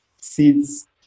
seeds